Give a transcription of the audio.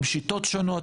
עם שיטות שונות,